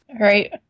Right